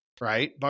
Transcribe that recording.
Right